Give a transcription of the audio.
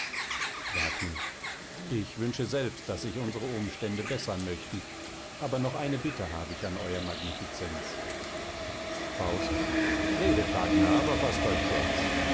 wagner ich wünsche selbst daß sich unsere umstände beßern möchten aber noch eine bitte hab ich an ew magnificenz faust redet wagner aber faßt euch kurz